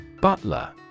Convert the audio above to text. Butler